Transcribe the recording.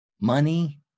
money